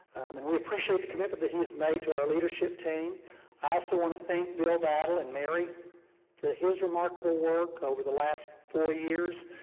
and we appreciate the commitment that he has made to our leadership team. i also want to thank bill battle and mary for his remarkable work over the last four years.